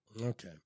Okay